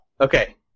Okay